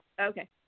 Okay